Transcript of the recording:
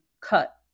cut